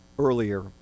earlier